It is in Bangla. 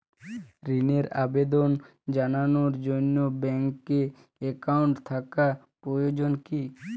ঋণের আবেদন জানানোর জন্য ব্যাঙ্কে অ্যাকাউন্ট থাকা প্রয়োজন কী?